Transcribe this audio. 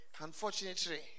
unfortunately